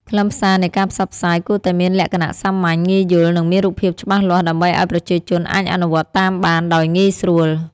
ខ្លឹមសារនៃការផ្សព្វផ្សាយគួរតែមានលក្ខណៈសាមញ្ញ ងាយយល់ និងមានរូបភាពច្បាស់លាស់ដើម្បីឲ្យប្រជាជនអាចអនុវត្តតាមបានដោយងាយស្រួល។